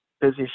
busy